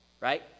right